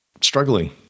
Struggling